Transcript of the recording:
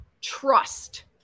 trust